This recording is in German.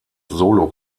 solo